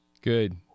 Good